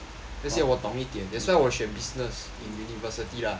这些我懂一点 that's why 我选 business in university lah